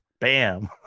Bam